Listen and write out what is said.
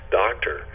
doctor